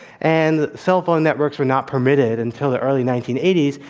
and cellphone networks were not permitted until the early nineteen eighty s,